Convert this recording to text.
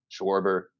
schwarber